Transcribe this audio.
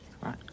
Right